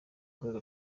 rwego